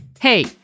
Hey